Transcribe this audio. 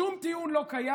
שום טיעון לא קיים.